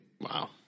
Wow